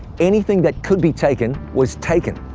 anything that could be taken was taken.